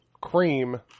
Cream